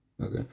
Okay